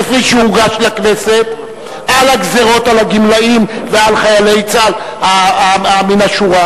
כפי שהוגש לכנסת על הגזירות על הגמלאים ועל חיילי צה"ל מן השורה?